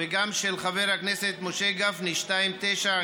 וגם של חבר הכנסת משה גפני, פ/2913,